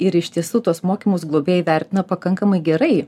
ir iš tiesų tuos mokymus globėjai vertina pakankamai gerai